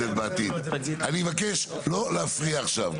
אני מבקש לא להפריע עכשיו,